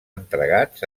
entregats